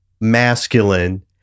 masculine